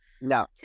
No